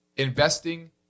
Investing